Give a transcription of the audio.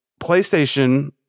playstation